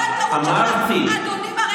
זו הטעות שלך, אדוני מר